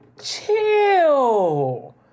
Chill